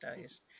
days